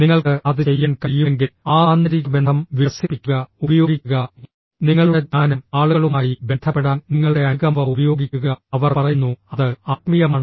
നിങ്ങൾക്ക് അത് ചെയ്യാൻ കഴിയുമെങ്കിൽ ആ ആന്തരിക ബന്ധം വികസിപ്പിക്കുക ഉപയോഗിക്കുക നിങ്ങളുടെ ജ്ഞാനം ആളുകളുമായി ബന്ധപ്പെടാൻ നിങ്ങളുടെ അനുകമ്പ ഉപയോഗിക്കുക അവർ പറയുന്നു അത് ആത്മീയമാണ്